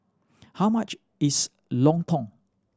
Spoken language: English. how much is lontong